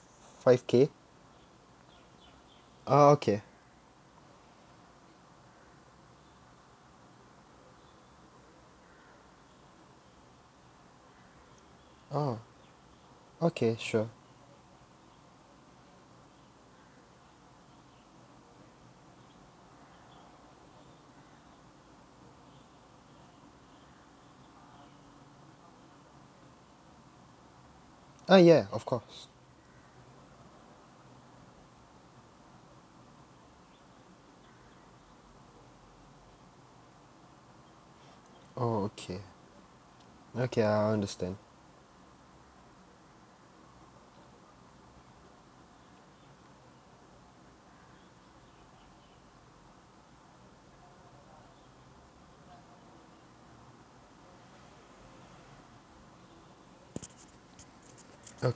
five K oh okay oh okay sure ah ya of course oh okay okay I understand o~